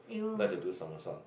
like to do somersault